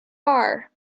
are